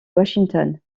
washington